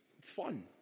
fun